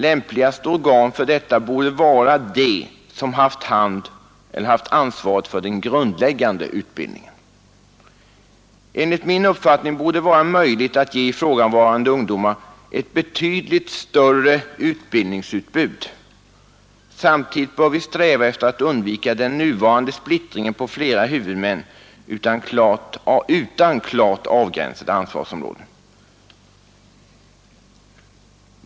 Lämpligaste organ för detta borde vara det som haft ansvaret för den grundläggande utbildningen. Enligt min uppfattning borde det vara möjligt att ge ifrågavarande ungdomar ett betydligt större utbildningsutbud. Samtidigt bör vi sträva efter att undvika den nuvarande splittringen på flera huvudmän, utan klart avgränsade ansvarsområden.